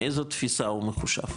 מאיזו תפיסה הוא מחושב?